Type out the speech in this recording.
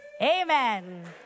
amen